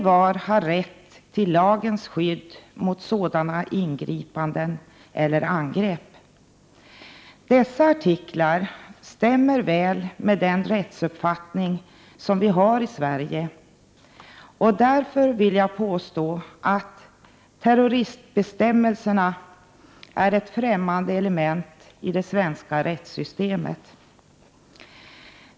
Envar har rätt till lagens skydd mot sådana ingripanden eller angrepp.” Dessa artiklar stämmer väl med den rättsuppfattning som vi har i Sverige, och därför vill jag påstå att terroristbestämmelserna är ett främmande element i det svenska rättssystemet.